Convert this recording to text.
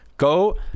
go